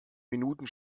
minuten